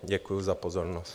Děkuji za pozornost.